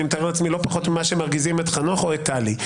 אני מתאר לעצמי לא פחות ממה שהם מרגיזים את חנוך או את טלי.